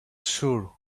sure